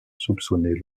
soupçonner